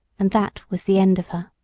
and that was the end of her.